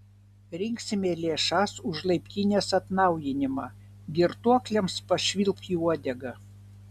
rinksime lėšas už laiptinės atnaujinimą girtuokliams pašvilpk į uodegą